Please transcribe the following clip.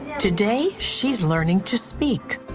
today, she is learning to speak.